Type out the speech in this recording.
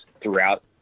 throughout